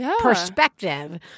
perspective